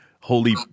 holy